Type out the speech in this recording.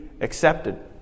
accepted